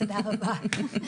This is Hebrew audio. תודה רבה.